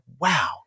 wow